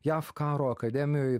jav karo akademijoj